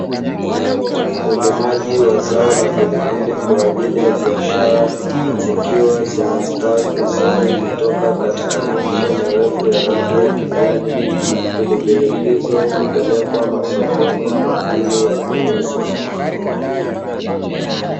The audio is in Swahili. Ulimaji wa zao la pilipili kwa ajili ya biashara zikiwa zimestawi vizuri kutoka katika miche mirefu ya rangi ya kijani pilipili hizo hupelekwa masokoni kwa ajili ya kuuzwa.